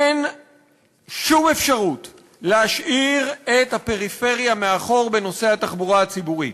אין שום אפשרות להשאיר את הפריפריה מאחור בנושא התחבורה הציבורית.